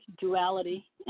duality